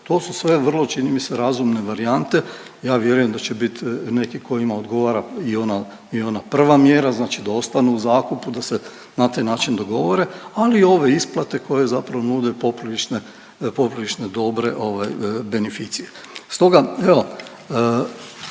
To su sve vrlo čini mi se razumne varijante. Ja vjerujem da će biti neki kojima odgovara i ona prva mjera, znači da ostanu u zakupu da se na taj način dogovore, ali i ove isplate koje zapravo nude poprilično dobre beneficije. Stoga evo